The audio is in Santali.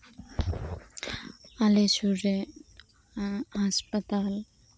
ᱟᱞᱮ ᱥᱩᱨ ᱨᱮ ᱦᱟᱸᱥᱯᱟᱛᱟᱞ